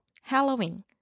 Halloween